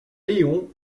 léon